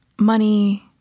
Money